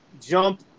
jump